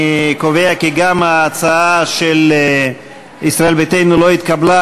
אני קובע כי גם ההצעה של ישראל ביתנו לא התקבלה.